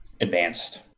advanced